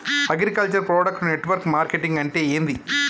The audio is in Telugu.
అగ్రికల్చర్ ప్రొడక్ట్ నెట్వర్క్ మార్కెటింగ్ అంటే ఏంది?